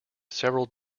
several